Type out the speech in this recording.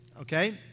okay